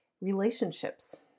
relationships